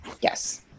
Yes